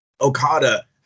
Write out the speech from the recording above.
Okada